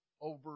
over